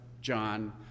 John